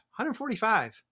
145